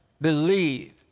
believe